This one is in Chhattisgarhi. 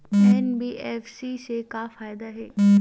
एन.बी.एफ.सी से का फ़ायदा हे?